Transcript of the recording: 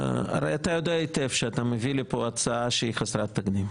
הרי אתה יודע היטב שאתה מביא לפה הצעה שהיא חסרת תקדים.